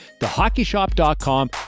thehockeyshop.com